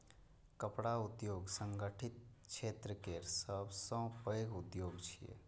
कपड़ा उद्योग संगठित क्षेत्र केर सबसं पैघ उद्योग छियै